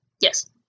Yes